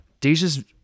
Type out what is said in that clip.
Deja's